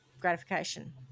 gratification